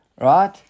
right